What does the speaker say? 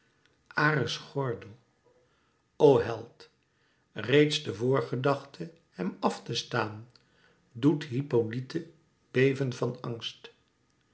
ares gordel o held reeds de vorgedachte hem afte staan doet hippolyte beven van angst